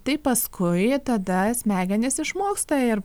tai paskui tada smegenys išmoksta ir